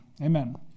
Amen